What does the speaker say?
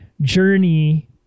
journey